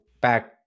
back